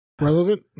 Relevant